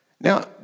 Now